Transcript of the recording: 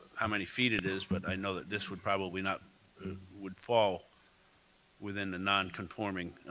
how many feet it is, but i know that this would probably not would fall within the nonconforming